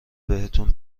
بهتون